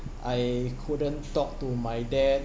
I couldn't talk to my dad